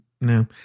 no